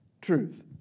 truth